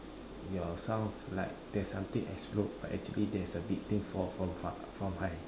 your sound like that something explode but actually there is a big thing falls from height